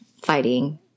fighting